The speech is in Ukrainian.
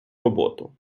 роботу